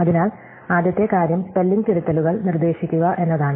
അതിനാൽ ആദ്യത്തെ കാര്യം സ്പെല്ലിംഗ് തിരുത്തലുകൾ നിർദ്ദേശിക്കുക എന്നതാണ്